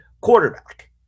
quarterback